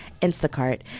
Instacart